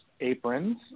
aprons